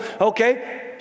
Okay